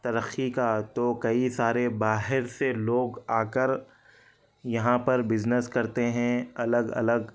ترقی کا تو کئی سارے باہر سے لوگ آ کر یہاں پر بزنس کرتے ہیں الگ الگ